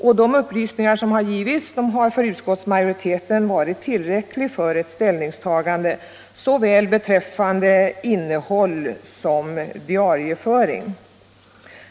Dessa upplysningar har för utskottsmajoriteten varit tillräckliga för ett ställningstagande, såväl beträffande frågan om innehåll som diarieföring.